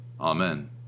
Amen